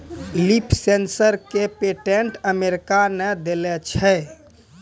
Leaf sensor क patent America ने देलें छै?